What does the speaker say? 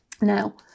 Now